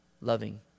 loving